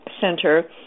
center